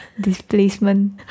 Displacement